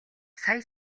сая